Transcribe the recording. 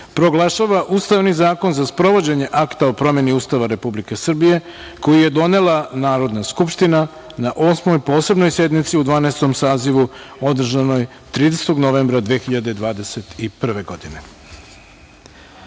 proglašava Ustavni zakon za sprovođenje Akta o promeni Ustava Republike Srbije koji je donela Narodna skupština na Osmoj posebnoj sednici u Dvanaestom sazivu, održanoj 30. novembra 2021. godine. Želim